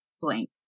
blank